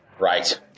Right